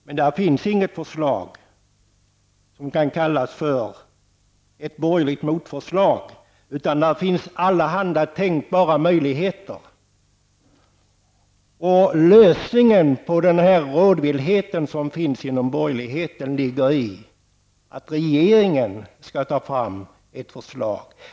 Men där finns inget förslag som kan kallas för ett borgerligt motförslag, utan där finns allehanda tänkbara möjligheter. Lösningen på den rådvillhet som finns inom borgerligheten ligger i att regeringen tar fram ett förslag.